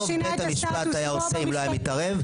טוב בית המשפט היה עושה אם הוא לא היה מתערב.